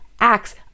acts